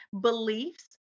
beliefs